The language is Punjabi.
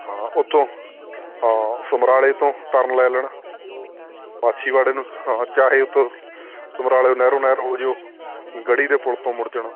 ਹਾਂ ਉੱਥੋਂ ਹਾਂ ਸਮਰਾਲੇ ਤੋਂ ਟਰਨ ਲੈ ਲੈਣਾ ਮਾਛੀਵਾੜੇ ਨੂੰ ਹਾਂ ਚਾਹੇ ਉੱਥੋਂ ਸਮਰਾਲੇ ਨਹਿਰੋ ਨਹਿਰ ਹੋ ਜਾਇਓ ਗੜੀ ਦੇ ਪੁੱਲ ਤੋਂ ਮੁੜ ਜਾਣਾ